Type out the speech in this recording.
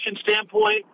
standpoint